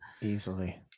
Easily